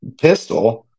pistol